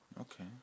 Okay